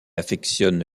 affectionne